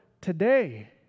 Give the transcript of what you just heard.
today